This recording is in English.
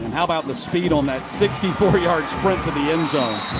and how about the speed on that sixty four yard sprint to the end zone?